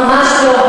ממש לא,